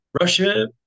Russia